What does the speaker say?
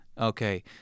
okay